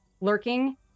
lurking